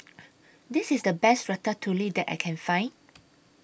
This IS The Best Ratatouille that I Can Find